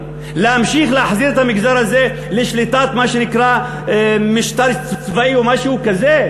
להמשיך להחזיר את המגזר הזה לשליטת מה שנקרא משטר צבאי או משהו כזה,